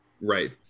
Right